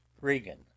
Regan